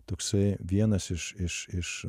toksai vienas iš iš iš